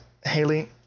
Haley